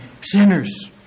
Sinners